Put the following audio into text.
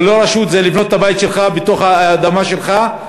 ללא רשות זה לבנות את הבית שלך על האדמה שלך,